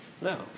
no